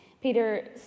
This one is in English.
Peter